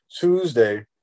Tuesday